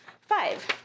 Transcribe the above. Five